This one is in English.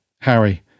Harry